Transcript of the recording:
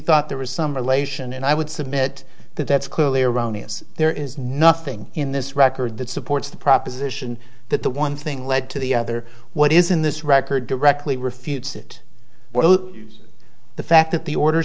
thought there was some relation and i would submit that that's clearly erroneous there is nothing in this record that supports the proposition that the one thing led to the other what is in this record directly refutes it the fact that the order